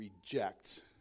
reject